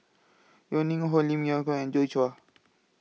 Yeo Ning Hong Lim Leong Geok and Joi Chua